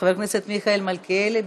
חבר הכנסת מיכאל מלכיאלי,